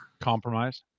Compromise